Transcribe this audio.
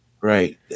Right